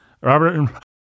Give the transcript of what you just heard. Robert